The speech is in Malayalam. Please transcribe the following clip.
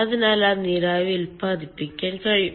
അതിനാൽ ആ നീരാവി ഉത്പാദിപ്പിക്കാൻ കഴിയും